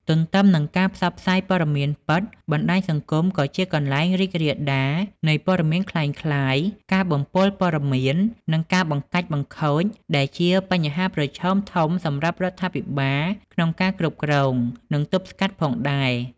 ទន្ទឹមនឹងការផ្សព្វផ្សាយព័ត៌មានពិត បណ្ដាញសង្គមក៏ជាកន្លែងរីករាលដាលនៃព័ត៌មានក្លែងក្លាយ ការបំពុលព័ត៌មាន និងការបង្កាច់បង្ខូច ដែលជាបញ្ហាប្រឈមធំសម្រាប់រដ្ឋាភិបាលក្នុងការគ្រប់គ្រង និងទប់ស្កាត់ផងដែរ។